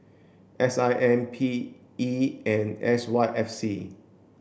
S I M P E and S Y F C